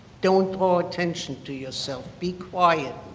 don't draw attention to yourself, be quiet,